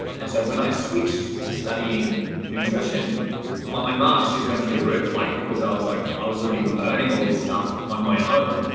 and so when i switched to studying nutrition, my marks just went through the roof like because i was like, i was already learning all this stuff on my own.